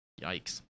Yikes